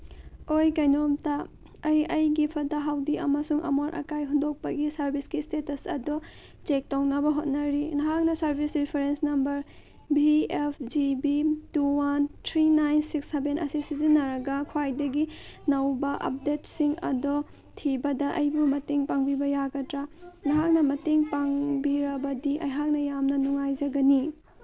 ꯑꯣꯏ ꯀꯩꯅꯣꯝꯇ ꯑꯩ ꯑꯩꯒꯤ ꯐꯠꯇ ꯍꯥꯎꯗꯤ ꯑꯃꯁꯨꯡ ꯑꯃꯣꯠ ꯑꯀꯥꯏ ꯍꯨꯟꯗꯣꯛꯄꯒꯤ ꯁꯔꯚꯤꯁꯀꯤ ꯏꯁꯇꯦꯇꯁ ꯑꯗꯣ ꯆꯦꯛ ꯇꯧꯅꯕ ꯍꯣꯠꯅꯔꯤ ꯅꯍꯥꯛꯅ service reference number V F G B two one three nine six seven ꯑꯁꯤ ꯁꯤꯖꯤꯟꯅꯔꯒ ꯈ꯭ꯋꯥꯏꯗꯒꯤ ꯅꯧꯕ ꯑꯞꯗꯦꯠꯁꯤꯡ ꯑꯗꯣ ꯊꯤꯕꯗ ꯑꯩꯕꯨ ꯃꯇꯦꯡ ꯄꯥꯡꯕꯤꯕ ꯌꯥꯒꯗ꯭ꯔꯥ ꯅꯍꯥꯛꯅ ꯃꯇꯦꯡ ꯄꯥꯡꯕꯤꯔꯕꯗꯤ ꯑꯩꯍꯥꯛꯅ ꯌꯥꯝꯅ ꯅꯨꯡꯉꯥꯏꯖꯒꯅꯤ